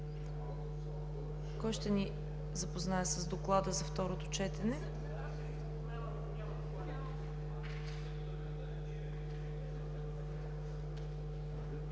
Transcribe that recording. кой ще ни запознае с Доклада за второто четене?